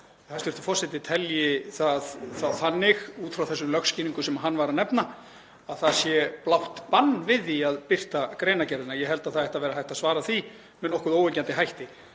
hæstv. forseti telji, út frá þessari lögskýringu sem hann var að nefna, að það sé blátt bann við því að birta greinargerðina. Ég held að það ætti að vera hægt að svara því með nokkuð óyggjandi hætti.